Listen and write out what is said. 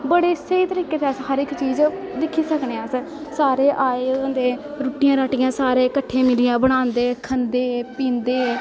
बड़े स्हेई तरीके दा हर इक चीज दिक्खी सकने अस सारे आए दे होंदे रुट्टियां राट्टियां सारे कट्ठे मिलियै बनांदे खंदे पींदे